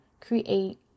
create